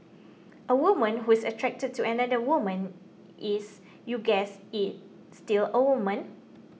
a woman who is attracted to another woman is you guessed it still a woman